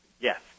Yes